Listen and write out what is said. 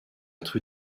être